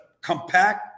compact